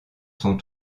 sont